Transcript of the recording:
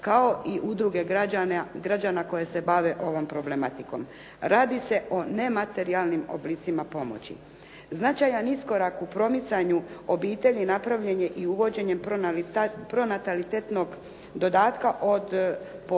kao i udruge građana koje se bave ovom problematikom. Radi se o nematerijalnim oblicima pomoći. Značajan iskorak u promicanju obitelji napravljen je i uvođenjem pronatalitetnog dodatka od po